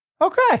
okay